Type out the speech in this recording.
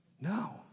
No